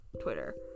Twitter